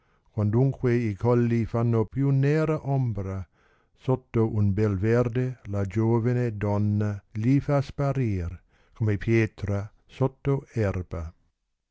ombra quandunque i colli fanno più nera ombra sotto un bel verde la giovene donna gli fa sparir come pietra sotto erba